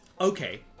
Okay